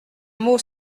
mot